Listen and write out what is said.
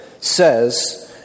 says